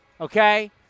Okay